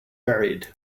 varied